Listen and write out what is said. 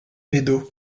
edo